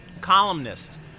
columnist